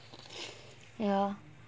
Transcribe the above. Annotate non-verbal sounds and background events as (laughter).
(noise) ya